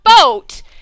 boat